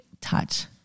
touch